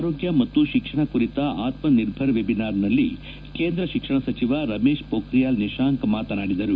ಆರೋಗ್ಯ ಮತ್ತು ಶಿಕ್ಷಣ ಕುರಿತ ಆತ್ನಿರ್ಭರ್ ವೆಬಿನಾರ್ನಲ್ಲಿ ಕೇಂದ್ರ ಶಿಕ್ಷಣ ಸಚಿವ ರಮೇಶ್ ಪ್ರೋಖ್ರಿಯಲ್ ನಿಶಾಂಕ್ ಮಾತನಾಡಿದರು